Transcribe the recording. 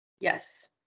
Yes